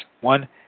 One